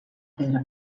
pedra